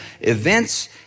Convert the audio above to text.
events